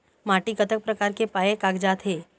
माटी कतक प्रकार के पाये कागजात हे?